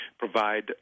provide